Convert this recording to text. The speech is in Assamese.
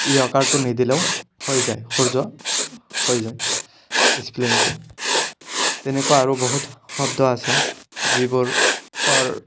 য় অকাৰটো নিদিলেও হৈ যায় সূৰ্য হৈ যায় স্প্লেলিংটো তেনেকুৱা আৰু বহুত শব্দ আছে যিবোৰ অৰ